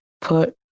put